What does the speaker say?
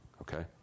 Okay